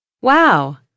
Wow